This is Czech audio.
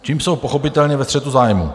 Tím jsou pochopitelně ve střetu zájmů.